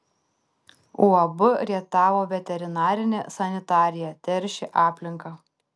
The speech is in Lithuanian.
uab rietavo veterinarinė sanitarija teršė aplinką